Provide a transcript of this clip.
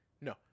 No